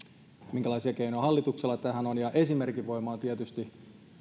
minkälaisia keinoja hallituksella tähän on esimerkin voima on tietysti